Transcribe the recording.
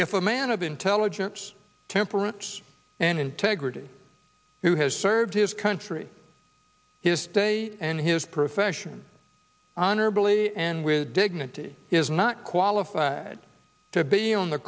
if a man of intelligence temperance and integrity who has served his country his day and his profession honorably and with dignity is not qualified to be on the